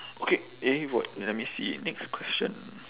okay eh what let me see next question